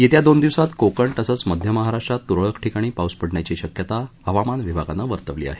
येत्या दोन दिवसात कोकण तसंच मध्य महाराष्ट्रात तुरळक ठिकाणी पाऊस पडण्याची शक्यता हवामान विभागानं वर्तवली आहे